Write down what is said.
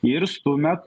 ir stumiat